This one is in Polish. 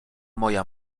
moja